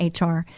HR